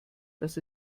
dass